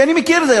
כי אני מכיר את זה.